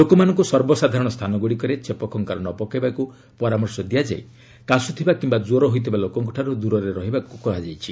ଲୋକମାନଙ୍କୁ ସର୍ବସାଧାରଣ ସ୍ଥାନମାନଙ୍କରେ ଛେପ ଖଙ୍କାର ନ ପକାଇବାକୁ ପରାମର୍ଶ ଦିଆଯାଇ କାଶୁଥିବା କିମ୍ବା ଜ୍ୱର ହୋଇଥିବା ଲୋକଙ୍କଠାରୁ ଦୂରରେ ରହିବାକୁ କୁହାଯାଇଛି